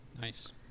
nice